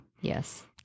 Yes